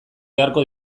beharko